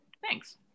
thanks